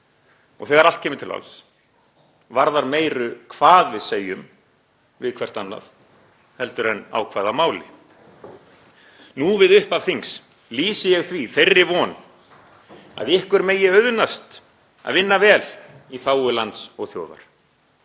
Og þegar allt kemur til alls varðar meiru hvað við segjum við hvert annað heldur en á hvaða máli. Nú við upphaf þings lýsi ég því þeirri von að ykkur megi auðnast að vinna vel í þágu lands og þjóðar.